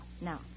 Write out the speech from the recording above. now